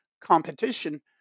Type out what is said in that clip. competition